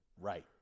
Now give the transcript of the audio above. Right